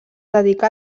dedicà